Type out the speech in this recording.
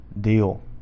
Deal